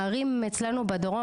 הערים אצלנו בדרום,